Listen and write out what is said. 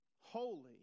holy